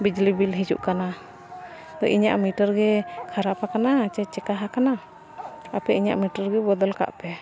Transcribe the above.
ᱵᱤᱡᱽᱞᱤ ᱵᱤᱞ ᱵᱦᱤᱡᱩᱜ ᱠᱟᱱᱟ ᱛᱚ ᱤᱧᱟᱹᱜ ᱢᱤᱴᱟᱨ ᱜᱮ ᱠᱷᱟᱨᱟᱯ ᱟᱠᱟᱱᱟ ᱪᱮ ᱪᱮᱠᱟ ᱟᱠᱟᱱᱟ ᱟᱯᱮ ᱤᱧᱟᱹᱜ ᱢᱤᱴᱟᱨ ᱜᱮ ᱵᱚᱫᱚᱞ ᱠᱟᱜ ᱯᱮ